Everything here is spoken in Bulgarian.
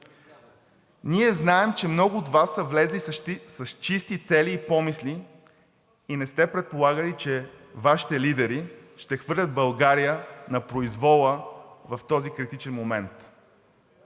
Ние знаем, че много от Вас са влезли с чисти цели и помисли и не сте предполагали, че Вашите лидери ще хвърлят България на произвола в този критичен момент.